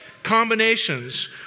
combinations